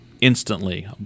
instantly